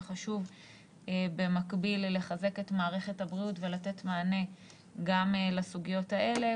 וחשוב במקביל לחזק את מערכת הבריאות ולתת מענה גם לסוגיות האלה.